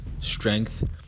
strength